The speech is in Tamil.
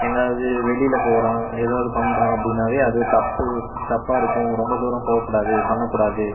எங்காவது வெளியில் போகிறோம் ஏதாவது பண்ணுறோம் அப்படினாவே அது தப்பு தப்பாக இருக்கும் ரொம்ப தூரம் போகக்கூடாது பண்ணக்கூடாது